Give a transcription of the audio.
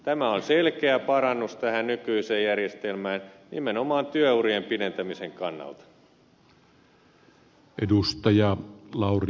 tämä on selkeä parannus tähän nykyiseen järjestelmään nimenomaan työurien pidentämisen kannalta